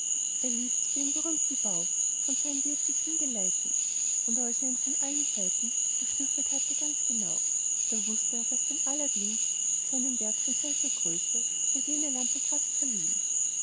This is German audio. er ließ zu dem berühmten bau von seinem wirt sich hingeleiten und als er ihn von allen seiten beschnüffelt hatte ganz genau da wußt er daß dem aladdin zu einem werk von solcher größe nur jene lampe kraft verliehn